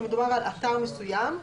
שמדובר על אתר מסוים.